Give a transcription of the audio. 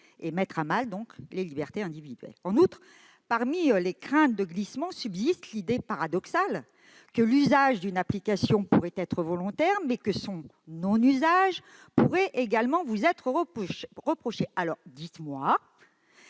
mettant à mal les libertés individuelles. En outre, parmi les craintes de glissement subsiste l'idée paradoxale que l'usage d'une application pourrait être volontaire, mais que son non-usage pourrait toutefois vous être reproché. Dites-moi